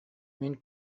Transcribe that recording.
мин